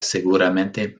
seguramente